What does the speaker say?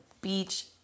beach